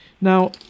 Now